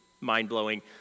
mind-blowing